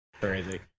Crazy